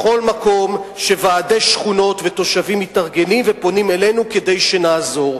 בכל מקום שוועדי שכונות ותושבים מתארגנים ופונים אלינו כדי שנעזור.